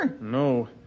No